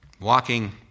Walking